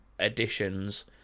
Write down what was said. editions